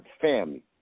family